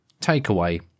takeaway